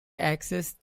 accessed